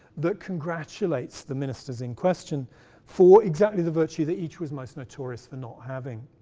that congratulates the ministers in question for exactly the virtue that each was most notorious for not having.